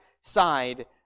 side